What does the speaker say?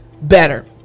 better